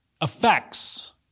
affects